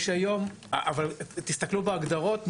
תסתכלו בהגדרות,